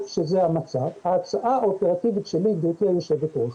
גבירתי היו"ר,